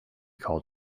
called